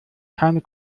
keine